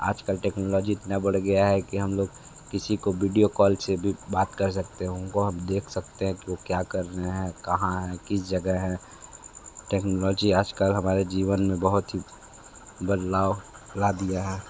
आज कल टेक्नोलॉजी इतनी बढ़ गई है कि हम लोग किसी को वीडियो कॉल से भी बात कर सकते हैं उनको हम देख सकते हैं कि वो क्या कर रहे हैं कहाँ है किस जगह है टेक्नोलॉजी आज कल हमारे जीवन में बहुत ही बदलाव ला दिया है